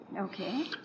Okay